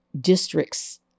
districts